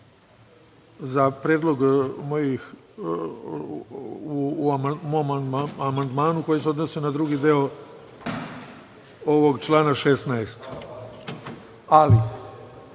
deo predloga mog amandmana, koji se odnosi na drugi deo ovog člana 16. Ali,